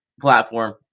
platform